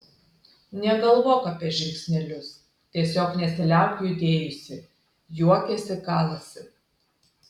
negalvok apie žingsnelius tiesiog nesiliauk judėjusi juokėsi kalasi